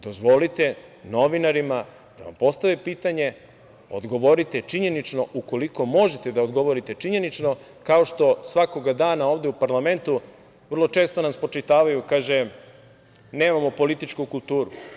Dozvolite novinarima da vam postave pitanje, odgovorite činjenično, ukoliko možete da odgovorite činjenično, kao što svakoga dana ovde u parlamentu vrlo često nam spočitavaju, kaže – nemamo političku kulturu.